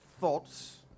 Thoughts